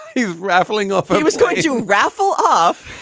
he's raffling off he was going to raffle off